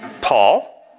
Paul